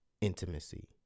Intimacy